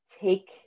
take